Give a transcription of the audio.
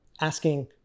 asking